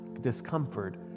discomfort